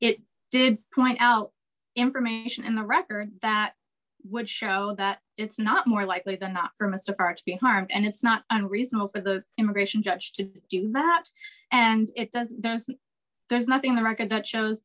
it did point out information in the record that would show that it's not more likely than not for mr parks being harmed and it's not unreasonable for the immigration judge to do that and it does that is that there's nothing the record that shows